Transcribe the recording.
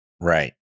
Right